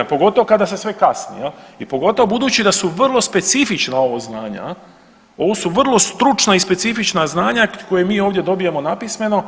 A pogotovo kada se sve kasni i pogotovo budući da su vrlo specifična ovo znanja, ovo su vrlo stručna i specifična znanja koja mi ovdje dobijamo napismeno